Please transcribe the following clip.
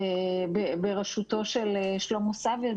בראשותו של שלמה סביה,